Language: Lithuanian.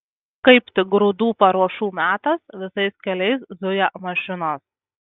kaip tik grūdų paruošų metas visais keliais zuja mašinos